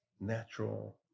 natural